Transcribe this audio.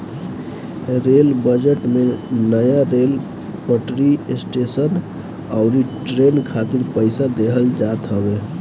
rail budget में नया rail पटरी, स्टेशन अउरी ट्रेन खातिर पईसा देहल जात हवे